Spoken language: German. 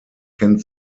kennt